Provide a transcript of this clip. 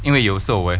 因为有时候我也